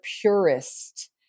purist